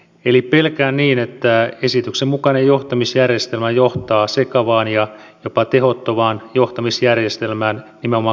eli pelkään että esityksen mukainen johtamisjärjestelmä johtaa sekavaan ja jopa tehottomaan johtamisjärjestelmään nimenomaan kaksipäisyytensä takia